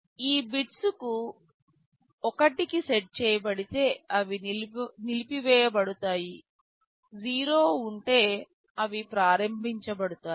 ఈ బిట్స్ 1 కు సెట్ చేయబడితే ఇవి నిలిపివేయబడతాయి 0 ఉంటే అవి ప్రారంభించబడతాయి